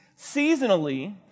Seasonally